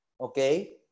okay